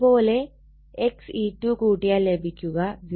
അത് പോലെ X e2 കൂട്ടിയാൽ ലഭിക്കുക 0